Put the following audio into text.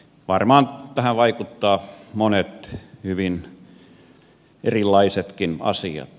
varmaan tähän vaikuttavat monet hyvin erilaisetkin asiat